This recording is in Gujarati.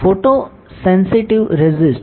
photosensitive racist